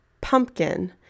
pumpkin